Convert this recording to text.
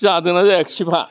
जादोंना जायाखिसै फा